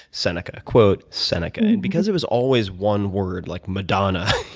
seneca. quote, seneca. and because it was always one word like madonna